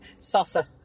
salsa